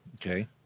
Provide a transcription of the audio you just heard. Okay